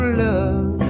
love